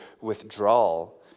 withdrawal